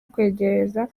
kwegereza